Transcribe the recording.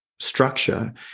Structure